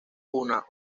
una